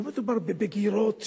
לא מדובר בבגירות,